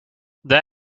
they